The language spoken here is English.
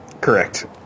Correct